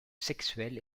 sexuel